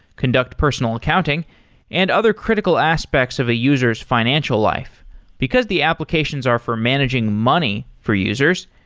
conduct personal accounting and other critical aspects of a user's financial life because the applications are for managing money for users,